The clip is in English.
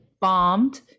bombed